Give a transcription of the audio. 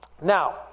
Now